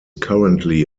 currently